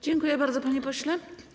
Dziękuję bardzo, panie pośle.